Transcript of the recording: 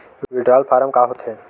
Withdrawal form का होथे?